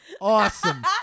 Awesome